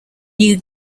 new